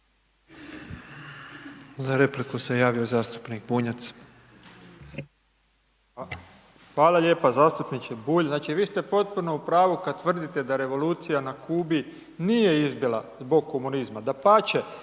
Branimir (Živi zid)** Hvala lijepa, zastupniče Bulj znači vi ste potpuno u pravu kad tvrdite da revolucija na Kubi nije izbila zbog komunizma, dapače